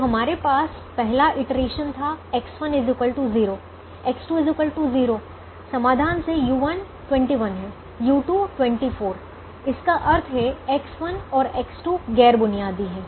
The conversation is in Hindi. तो हमारे पास पहला इटरेशन था X1 0 X2 0 समाधान से u1 21 है u2 24 इसका अर्थ है X1 और X2 गैर बुनियादी हैं